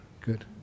good